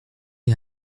est